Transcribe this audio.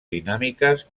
dinàmiques